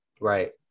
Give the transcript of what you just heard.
Right